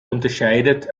unterscheidet